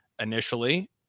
initially